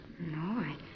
No